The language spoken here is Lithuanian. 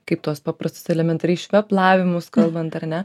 kaip tuos paprastus elementariai šveplavimus kalbant ar ne